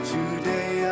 Today